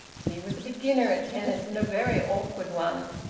he was a beginner at tennis, and a very awkward one,